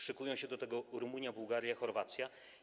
Szykują się do tego Rumunia, Bułgaria, Chorwacja.